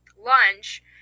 lunch